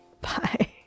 bye